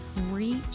reach